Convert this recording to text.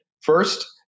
first